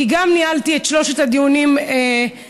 כי גם ניהלתי את שלושת הדיונים בנושא,